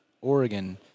Oregon